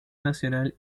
nacional